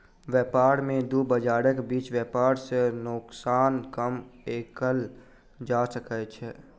व्यापार में दू बजारक बीच व्यापार सॅ नोकसान कम कएल जा सकै छै